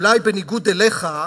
אולי בניגוד אליך,